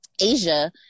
Asia